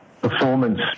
performance